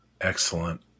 excellent